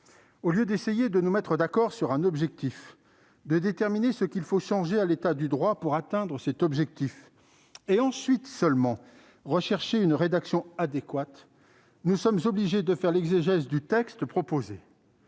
Au lieu d'essayer de nous mettre d'accord sur un objectif, de déterminer ce qu'il faut changer à l'état du droit pour atteindre cet objectif, et ensuite seulement rechercher une rédaction adéquate, nous sommes obligés de faire l'exégèse du texte proposé.